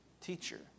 teacher